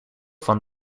van